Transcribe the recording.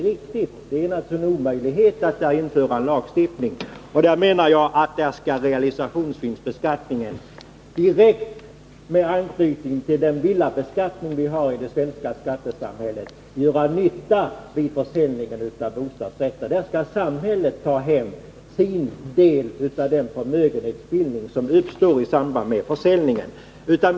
Det är naturligtvis en omöjlighet att införa en lagstiftning där. Jag menar att realisationsvinstbeskattningen, -.med direkt anknytning till den villabeskattning vi har i det svenska skattesystemet, skall göra nytta vid försäljningen av bostadsrätter. Där skall samhället ta in sin del av den förmögenhetsbildning som uppstår i samband med försäljningen.